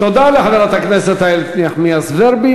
תודה לחברת הכנסת איילת נחמיאס ורבין.